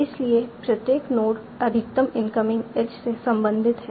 क्योंकि प्रत्येक नोड अधिकतम इनकमिंग एज से संबंधित है